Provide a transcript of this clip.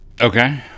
Okay